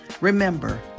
Remember